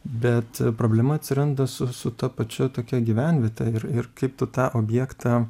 bet problema atsiranda su su ta pačia tokia gyvenviete ir ir kaip tu tą objektą